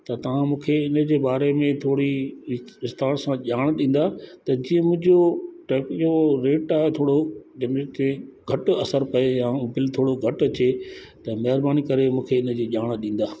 त तव्हां मूंखे इन जे बारे में थोरी विस्तार सां ॼाण ॾींदा त जीअं मुंहिंजो टाइप जो रेट आहे उहो थोरो जनरेट ते घटि असर पए ऐं बिल थोरो घटि अचे त महिरबानी करे मूंखे इन जी ॼाणु ॾींदा